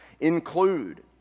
include